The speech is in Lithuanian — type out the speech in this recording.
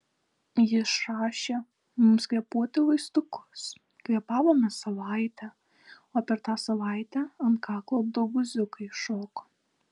ji išrašė mums kvėpuoti vaistukus kvėpavome savaitę o per tą savaitę ant kaklo du guziukai iššoko